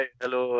hello